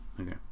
Okay